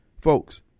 folks